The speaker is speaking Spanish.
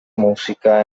música